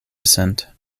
descent